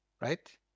right